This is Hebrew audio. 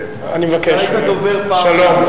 אתה היית דובר פעם, גם.